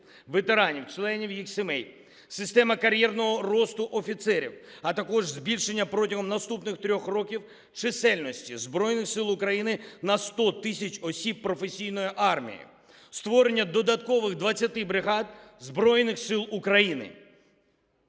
ветеранів, членів їх сімей, система кар'єрного росту офіцерів, а також збільшення протягом наступних трьох років чисельності Збройних Сил України на 100 тисяч осіб професійної армії, створення додаткових 20 бригад Збройних Сил України.